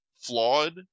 flawed